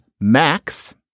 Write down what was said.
max